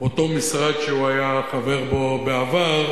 אותו משרד שהוא היה חבר בו בעבר,